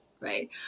right